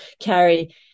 carry